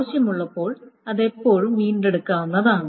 ആവശ്യമുള്ളപ്പോൾ അത് എപ്പോഴും വീണ്ടെടുക്കാവുന്നതാണ്